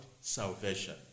salvation